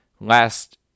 last